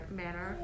manner